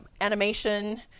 animation